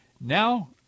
Now